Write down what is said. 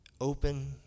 open